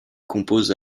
compose